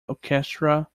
orchestra